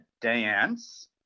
dance